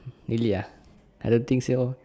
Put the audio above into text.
really ah I don't think so